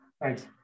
Thanks